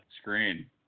screen